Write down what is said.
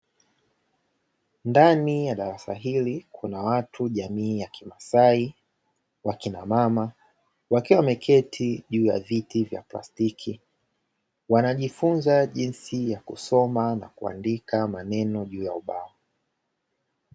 Ndani ya darasa hili, kuna watu wa jamii ya Kimasai, wakina mama, wakiwa wameketi juu ya viti vya plastiki, wanajifunza jinsi ya kusoma na kuandika maneno juu ya ubao.